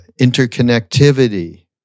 interconnectivity